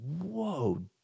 whoa